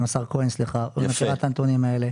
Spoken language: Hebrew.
ושמעה את הנתונים האלה,